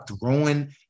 throwing